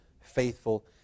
faithful